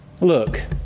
Look